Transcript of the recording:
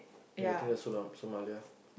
ya I think that's Sola~ Somalia